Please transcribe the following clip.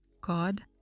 God